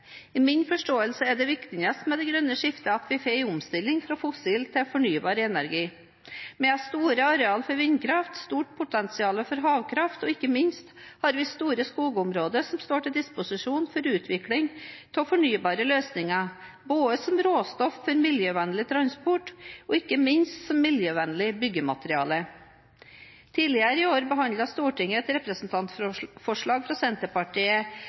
I min forståelse er det viktigste med det grønne skiftet at vi får en omstilling fra fossil til fornybar energi. Vi har store arealer for vindkraft og stort potensial for havkraft, og ikke minst har vi store skogsområder som står til disposisjon for utvikling av fornybare løsninger, både som råstoff for miljøvennlig transport og – ikke minst – som miljøvennlig byggemateriale. Tidligere i år behandlet Stortinget et representantforslag fra Senterpartiet